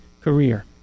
career